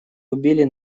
убили